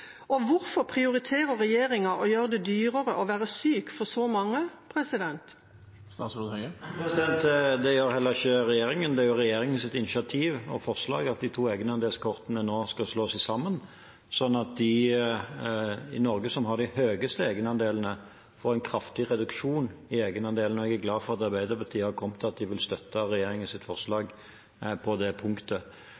Hvorfor prioriterer regjeringa å gjøre det dyrere å være syk for så mange? Det gjør heller ikke regjeringen. Det er jo regjeringens initiativ og forslag at de to egenandelskortene nå skal slås sammen, sånn at de i Norge som har de høyeste egenandelene, får en kraftig reduksjon i egenandelen. Jeg er glad for at Arbeiderpartiet har kommet til at de vil støtte